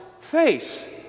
face